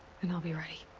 and i'll be ready.